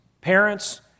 parents